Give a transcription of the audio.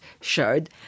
showed